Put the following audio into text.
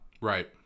Right